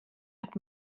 hat